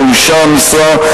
לא אוישה המשרה,